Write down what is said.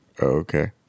Okay